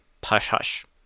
push-hush